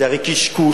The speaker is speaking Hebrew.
זה הרי קשקוש,